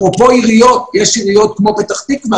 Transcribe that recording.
אפרופו עיריות - יש עיריות כמו פתח תקווה,